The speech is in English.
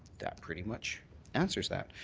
that pretty much answers that.